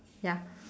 ya